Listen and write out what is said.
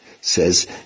says